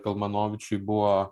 kalmanovičiui buvo